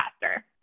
faster